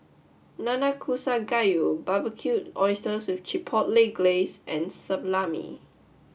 Nanakusa Gayu Barbecued Oysters with Chipotle Glaze and Salami